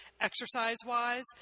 exercise-wise